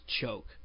Choke